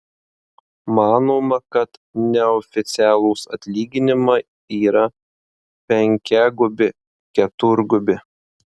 manoma kad neoficialūs atlyginimai yra penkiagubi keturgubi